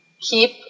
keep